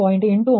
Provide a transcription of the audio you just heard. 89 ಸಿಗುತ್ತದೆ